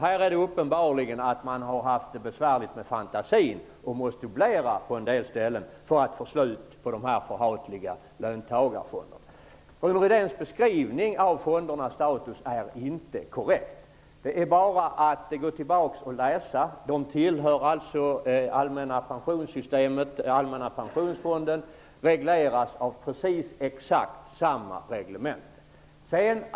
Här har man uppenbarligen haft det besvärligt med fantasin och varit tvungna att dubblera på en del ställen för att få slut på de förhatliga löntagarfonderna. Rune Rydéns beskrivning av fondernas status är inte korrekt. Gå tillbaka och läs. Fonderna tillhör det allmänna pensionssystemet, Allmänna pensionsfonden, och regleras av precis exakt samma reglemente.